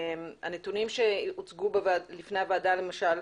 הנתונים שהוצגו בפני הוועדה, למשל,